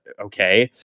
okay